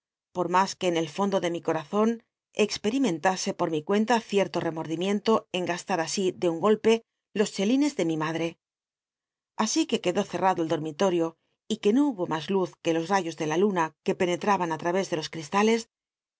por mas que en el fondo de mi corazon experimentas por mi cuenta ciert o rcmordimicu to en gastar así de un golpe los c helines de mi rllhiirc así que quedó cerrado el dormitorio y que no hubo más luz que los l tyos de la luna que penetraban á trmés de los cri